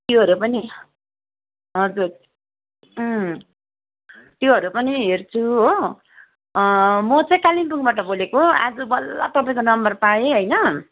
त्योहरू पनि हजुर त्योहरू पनि हेर्छु हो म चाहिँ कालिम्पोङबाट बोलेको आज बल्ल तपाईँको नम्बर पाएँ होइन